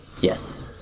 Yes